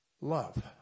Love